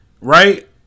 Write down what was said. right